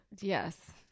Yes